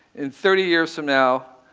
and thirty years from now,